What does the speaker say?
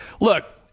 look